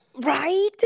Right